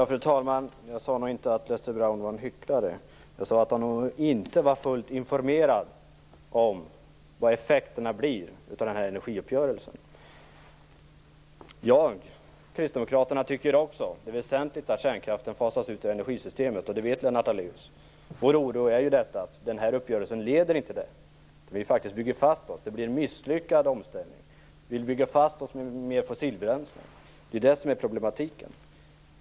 Fru talman! Jag sade inte att Lester Brown var en hycklare. Jag sade att han inte var fullt informerad om vilka effekterna blir av energiuppgörelsen. Jag och kristdemokraterna tycker också att det är väsentligt att kärnkraften fasas ut ur energisystemet, och det vet Lennart Daléus. Vår oro gäller att den här uppgörelsen inte leder dit, att vi bygger fast oss och att det blir en misslyckad omställning. Vi bygger fast oss med mer fossilbränsle - det är det som är problematiken.